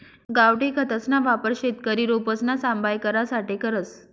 गावठी खतसना वापर शेतकरी रोपसना सांभाय करासाठे करस